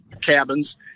cabins